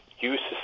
uses